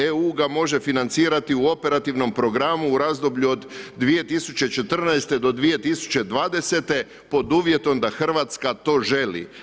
EU ga može financirati u operativnom programu u razdoblju od 2014. do 2020., pod uvjetom da Hrvatska to želi.